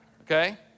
okay